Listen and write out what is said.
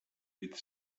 with